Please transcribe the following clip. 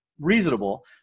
reasonable